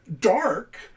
dark